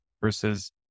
versus